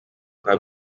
kwa